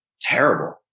terrible